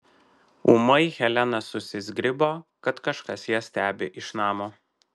ūmai helena susizgribo kad kažkas ją stebi iš namo